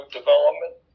development